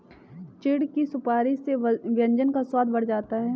चिढ़ की सुपारी से व्यंजन का स्वाद बढ़ जाता है